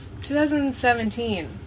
2017